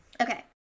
Okay